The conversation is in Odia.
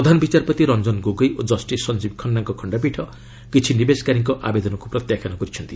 ପ୍ରଧାନ ବିଚାରପତି ରଞ୍ଜନ ଗୋଗୋଇ ଓ ଜଷିସ୍ ସଞ୍ଜୀବ୍ ଖାନ୍ନାଙ୍କ ଖଣ୍ଡପୀଠ କିଛି ନିବେଶକାରୀଙ୍କ ଆବେଦନକୁ ପ୍ରତ୍ୟାଖ୍ୟାନ କରିଛନ୍ତି